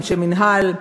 אנשי מינהל,